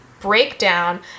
breakdown